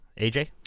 aj